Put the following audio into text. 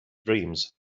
dreams